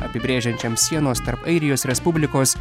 apibrėžiančiam sienos tarp airijos respublikos